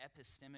epistemic